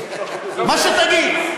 מה שתגיד.